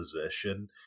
position